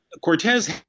Cortez